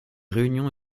réunions